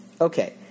Okay